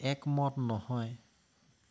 একমত নহয়